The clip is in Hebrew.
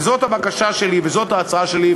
וזאת הבקשה שלי וזאת ההצעה שלי,